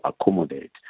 accommodate